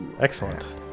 Excellent